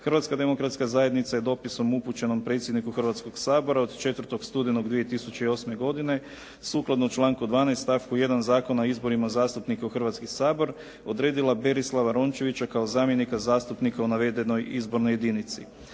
Hrvatska demokratska zajednica je dopisom upućenim predsjedniku Hrvatskoga sabora od 4. studenog 2008. godine sukladno članku 12. stavku 1. Zakona o izborima zastupnika u Hrvatski sabor odredila Berislava Rončevića kao zamjenika zastupnika u navedenoj izbornoj jedinici.